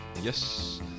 Yes